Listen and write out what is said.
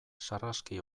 sarraski